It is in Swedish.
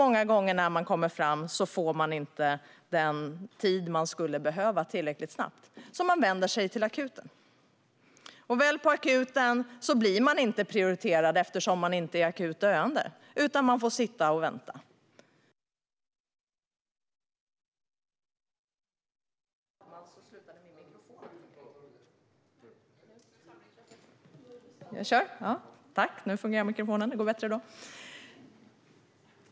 När man kommer fram får man många gånger inte den tid man skulle behöva tillräckligt snabbt, så man vänder sig till akuten. Väl på akuten blir man inte prioriterad eftersom man inte är akut döende, utan man får sitta och vänta.